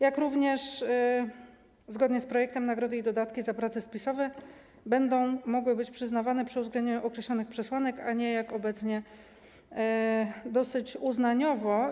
Jest nią również to, że zgodnie z projektem nagrody i dodatki za prace spisowe będą mogły być przyznawane przy uwzględnieniu określonych przesłanek, a nie, jak obecnie, dosyć uznaniowo.